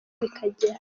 bikagera